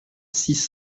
six